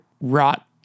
Rot